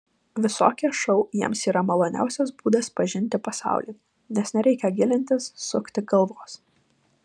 visokie šou jiems yra maloniausias būdas pažinti pasaulį nes nereikia gilintis sukti galvos